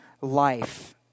life